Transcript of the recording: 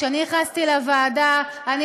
כשאני נכנסתי לוועדה, מה זה הרבה?